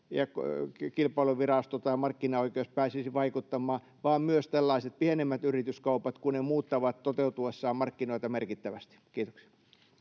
ja kilpailuvirasto tai markkinaoikeus pääsisi vaikuttamaan, vaan myös tällaiset pienemmät yrityskaupat, kun ne muuttavat toteutuessaan markkinoita merkittävästi. — Kiitoksia.